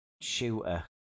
shooter